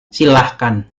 silakan